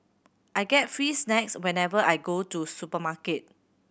I get free snacks whenever I go to supermarket